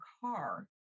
car